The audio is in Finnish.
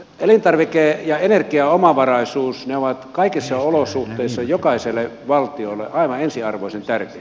elintarvike ja energiaomavaraisuus ovat kaikissa olosuhteissa jokaiselle valtiolle aivan ensiarvoisen tärkeitä